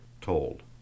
told